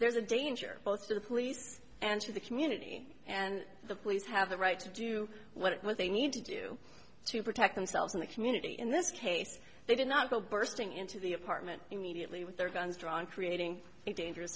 there's a danger both to the police and to the community and the police have the right to do what it was they need to do to protect themselves in the community in this case they did not go bursting into the apartment immediately with their guns drawn creating a dangerous